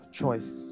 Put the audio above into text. choice